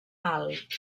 alt